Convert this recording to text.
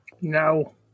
No